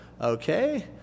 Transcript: okay